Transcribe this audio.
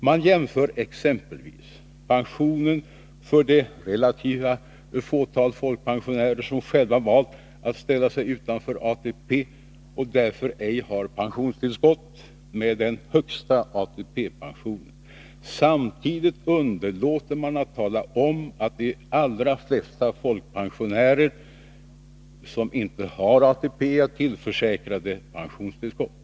Man jämför exempelvis pensionen för det relativa fåtal folkpensionärer som själva valt att ställa sig utanför ATP och därför ej har pensionstillskott, med dem som har den högsta ATP-pensionen. Samtidigt underlåter man att tala om att de allra flesta folkpensionärer som inte har ATP är tillförsäkrade pensionstillskott.